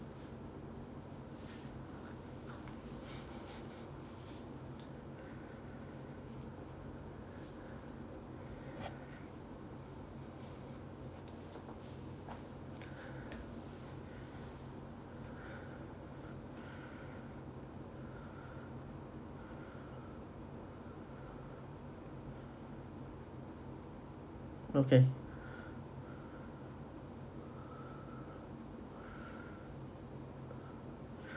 okay